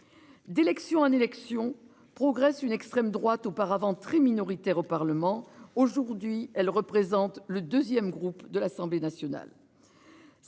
D'élection en élection progresse une extrême droite auparavant très minoritaires au Parlement. Aujourd'hui, elle représente le 2ème groupe de l'Assemblée nationale.